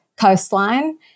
coastline